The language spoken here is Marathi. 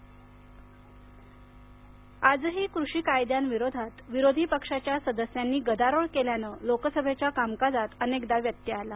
लोकसभा रु्थगित आजही कृषी कायद्यांविरोधात विरोधी पक्षाच्या सदस्यांनी गदारोळ केल्यानं लोकसभेचं कामकाजात अनेकदा व्यत्यय आला